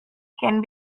can